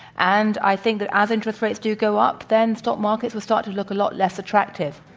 and i think that as interest rates do go up, then stock markets will start to look a lot less attractive.